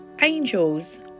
angels